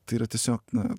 tai yra tiesiog na